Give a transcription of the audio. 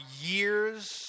years